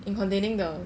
in containing the